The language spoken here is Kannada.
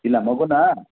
ಇಲ್ಲ ಮಗುನ